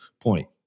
point